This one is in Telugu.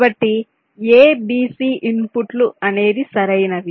కాబట్టి ABC ఇన్పుట్లు అనేది సరైనవి